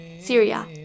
Syria